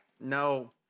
no